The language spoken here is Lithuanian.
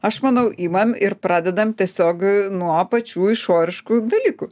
aš manau imam ir pradedam tiesiog nuo pačių išoriškų dalykų